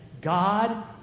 God